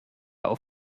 auf